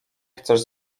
chcesz